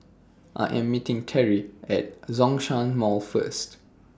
I Am meeting Terrie At Zhongshan Mall First